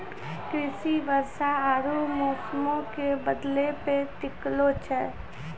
कृषि वर्षा आरु मौसमो के बदलै पे टिकलो छै